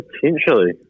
potentially